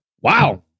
wow